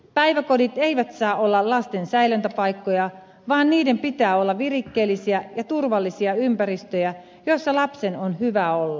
päiväkodit eivät saa olla lasten säilöntäpaikkoja vaan niiden pitää olla virikkeellisiä ja turvallisia ympäristöjä joissa lapsen on hyvä olla